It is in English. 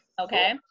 okay